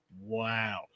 wow